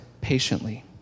patiently